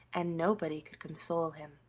and nobody could console him.